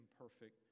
imperfect